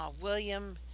William